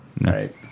right